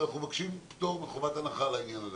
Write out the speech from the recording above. אנחנו מבקשים פטור מחובת הנחה לעניין הזה.